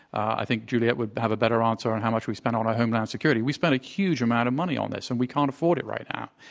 i think juliette would have a better answer on how much we spend on our homeland security. we spend a huge amount of money on this, and we can't afford it right now.